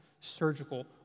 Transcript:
surgical